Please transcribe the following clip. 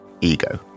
ego